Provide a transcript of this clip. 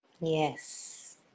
yes